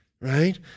right